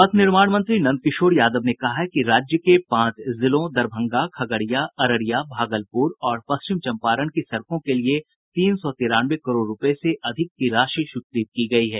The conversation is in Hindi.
पथ निर्माण मंत्री नंद किशोर यादव ने कहा है कि राज्य के पांच जिलों दरभंगा खगड़िया अररिया भागलपुर और पश्चिम चंपारण की सड़कों के लिये तीन सौ तिरानवे करोड़ रूपये से अधिक की राशि स्वीकृत की गयी है